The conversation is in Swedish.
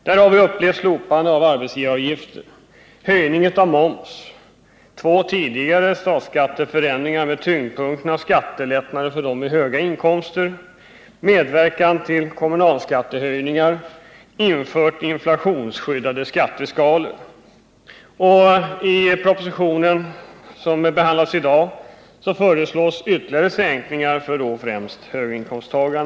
Vi har upplevt slopande av arbetsgivaravgifter, höjning av moms, två tidigare statsskatteförändringar med tyngdpunkten på skattelättnader för höginkomsttagare, medverkan till kommunalskattehöjningar och införande av inflationsskyddade skatteskalor. I den proposition som behandlas i dag föreslås ytterligare skattesänkningar, främst för höginkomsttagare.